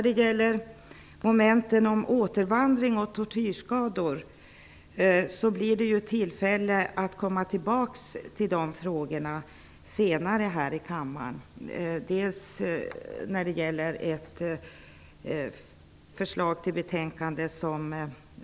Till frågorna om återvandring och tortyrskador blir det tillfälle att komma tillbaka senare i kammaren. Vi arbetar i det första fallet i utskottet med ett förslag till betänkande.